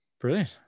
Brilliant